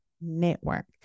Network